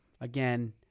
again